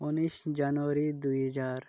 ଉଣେଇଶି ଜାନୁଆରୀ ଦୁଇହଜାର